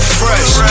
fresh